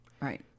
Right